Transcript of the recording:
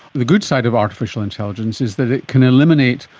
the good side of artificial intelligence is that it can eliminate,